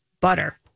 butter